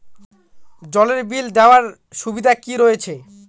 জলের বিল দেওয়ার সুবিধা কি রয়েছে?